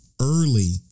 early